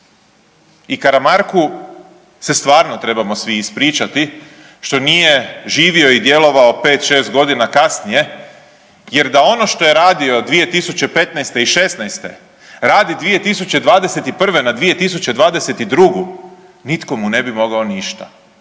i Karamarku se stvarno trebamo svi ispričati što nije živio i djelovao pet, šest godina kasnije jer da ono što je radio 2015. i '16., radi 2021. na 2022. nitko mu ne bi mogao ništa.